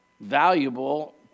valuable